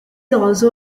also